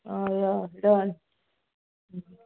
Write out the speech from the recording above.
हय हय डन